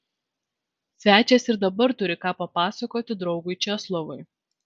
svečias ir dabar turi ką papasakoti draugui česlovui